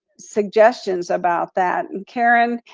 suggestions about that. and karen,